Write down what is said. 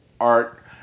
art